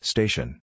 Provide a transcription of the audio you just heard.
Station